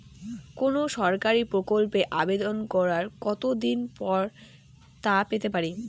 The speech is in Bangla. কোনো সরকারি প্রকল্পের আবেদন করার কত দিন পর তা পেতে পারি?